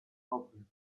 helper